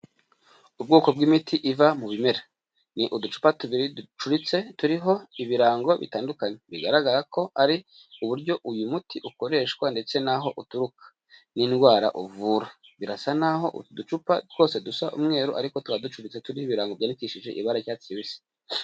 Ubwoko bw'imiti iva mu bimera, ni uducupa tubiri ducuritse turiho ibirango bitandukanye bigaragara ko ari uburyo uyu muti ukoreshwa ndetse n'aho uturuka n'indwara uvura, birasa n'aho utu ducupa twose dusa umweru, ariko tukaba ducuritse turiho ibirango byandikishije ibara ry'icyatsi kibisi.